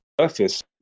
surface